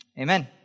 amen